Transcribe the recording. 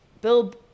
Bill